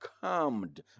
calmed